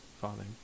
Father